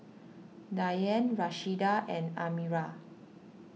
Diann Rashida and Admiral